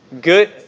Good